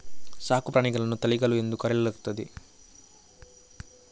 ಸಾಕು ಪ್ರಾಣಿಗಳನ್ನು ತಳಿಗಳು ಎಂದು ಕರೆಯಲಾಗುತ್ತದೆ